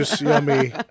yummy